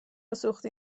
سوختی